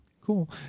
Cool